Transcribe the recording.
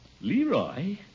Leroy